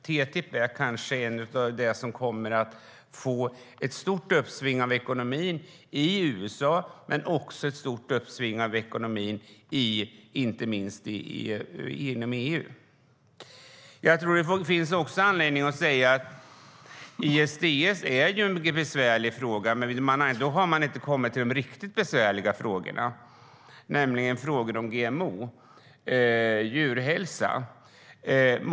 Det är kanske en av de saker som kommer att innebära ett stort uppsving för ekonomin i USA men inte minst inom EU. Frågan om ISDS är mycket besvärlig. Ändå har man inte kommit till de riktigt besvärliga frågorna, nämligen frågorna om GMO och djurhälsa.